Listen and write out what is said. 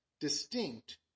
distinct